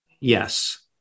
Yes